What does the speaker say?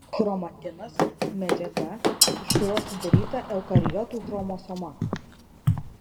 chromatinas medžiaga iš kurios sudaryta eukariotų chromosoma